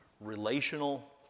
relational